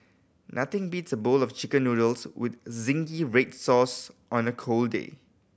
nothing beats a bowl of Chicken Noodles with zingy red sauce on a cold day